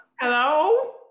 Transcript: Hello